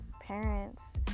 parents